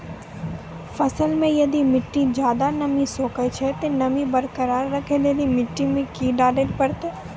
फसल मे यदि मिट्टी ज्यादा नमी सोखे छै ते नमी बरकरार रखे लेली मिट्टी मे की डाले परतै?